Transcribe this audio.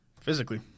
Physically